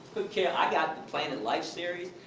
who cares, i got the planet life series,